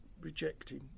rejecting